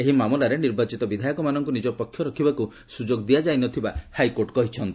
ଏହି ମାମଲାରେ ନିର୍ବାଚୀତ ବିଧାୟକମାନଙ୍କୁ ନିଜ ପକ୍ଷ ରଖିବାକୁ ସୁଯୋଗ ଦିଆଯାଇ ନଥିବା ହାଇକୋର୍ଟ କହିଛନ୍ତି